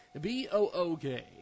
B-O-O-K